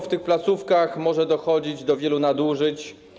W tych placówkach może dochodzić do wielu nadużyć.